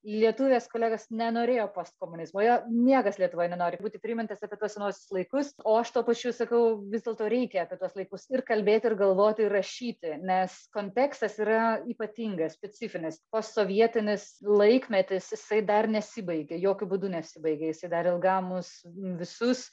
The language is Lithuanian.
lietuvės kolegos nenorėjo postkomunizmo jo niekas lietuvoj nenori būti primintas apie tuos senuosius laikus o aš tuo pačiu sakau vis dėlto reikia apie tuos laikus ir kalbėt ir galvoti ir rašyti nes kontekstas yra ypatingas specifinis postsovietinis laikmetis jisai dar nesibaigė jokiu būdu nesibaigė jisai dar ilgam mus visus